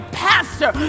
pastor